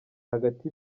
hagati